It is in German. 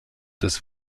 des